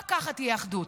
רק ככה תהיה אחדות,